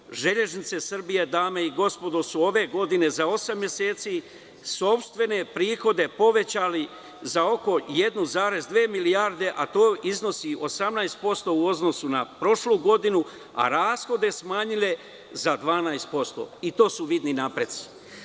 Dame i gospodo, „Železnice Srbije“ su ove godine za osam meseci sopstvene prihode povećali za oko 1,2 milijarde, a to iznosi 18% u odnosu na prošlu godinu, a rashode smanjile za 12% i to su vidni napreci.